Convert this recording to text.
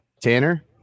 Tanner